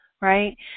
right